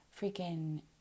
freaking